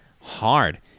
hard